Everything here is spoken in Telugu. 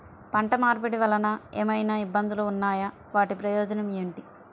పంట మార్పిడి వలన ఏమయినా ఇబ్బందులు ఉన్నాయా వాటి ప్రయోజనం ఏంటి?